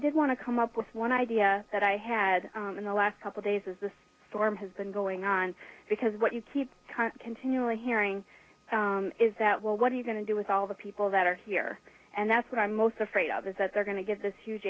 did want to come up with one idea that i had in the last couple days as this storm has been going on because what you keep continually hearing is that well what are you going to do with all the people that are here and that's what i'm most afraid of is that they're going to get this huge